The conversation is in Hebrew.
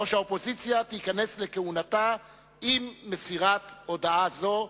ראש האופוזיציה תיכנס לכהונתה עם מסירת הודעה זו.